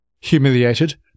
humiliated